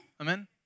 Amen